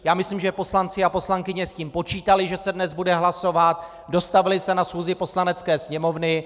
Já myslím, že poslanci a poslankyně s tím počítali, že se dnes bude hlasovat, dostavili se na schůzi Poslanecké sněmovny.